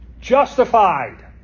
justified